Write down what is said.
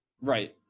Right